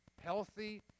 Healthy